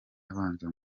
abanza